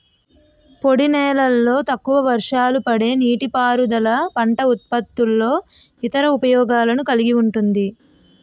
పొడినేలల్లో వర్షాలు తక్కువపడే నీటిపారుదల పంట ఉత్పత్తుల్లో ఇతర ఉపయోగాలను కలిగి ఉంటుంది